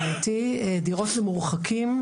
דירות למורחקים,